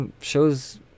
shows